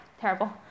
terrible